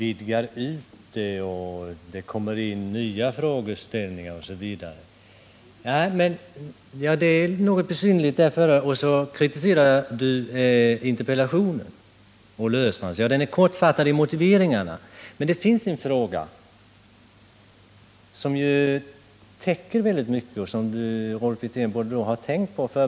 Herr talman! Jag tycker att Rolf Wirtén för ett något besynnerligt Tisdagen den resonemang. Han säger att man vidgar diskussionen, att det kommer in nya 27 mars 1979 frågeställningar osv. Det är något besynnerligt. Och så kritiserar Rolf Wirtén Olle Östrands interpellation.